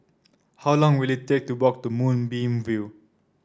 how long will it take to walk to Moonbeam View